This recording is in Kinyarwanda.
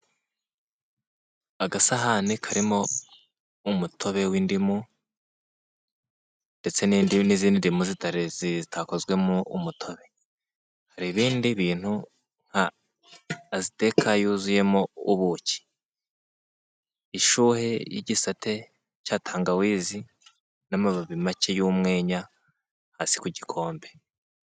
Agasahani karimo umutobe w'indimu ndetse n'indimi n'izindirimbo zitarezi zitakozwemo umutobe hari ibindi bintu nka aziteka yuzuyemo ubuki ishuhe y'igisate cya tangawizi n'amababi make y'mwenya hasi ku gikombe.